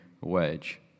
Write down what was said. wedge